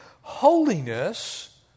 holiness